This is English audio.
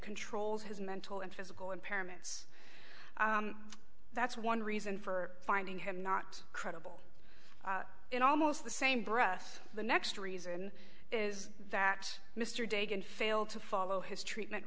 controls his mental and physical impairments that's one reason for finding him not credible in almost the same breath the next reason is that mr dagon failed to follow his treatment